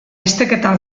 esteketan